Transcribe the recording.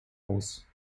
aus